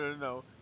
no